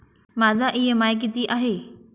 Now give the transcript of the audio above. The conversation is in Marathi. माझा इ.एम.आय किती आहे?